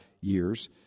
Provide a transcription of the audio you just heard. years